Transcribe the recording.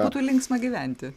būtų linksma gyventi